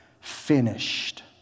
finished